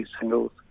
singles